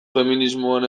feminismoan